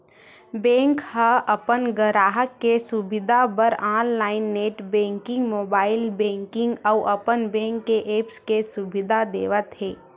bank ह अपन गराहक के सुबिधा बर online net banking, mobile banking अउ अपन बेंक के ऐप्स के सुबिधा देवत हे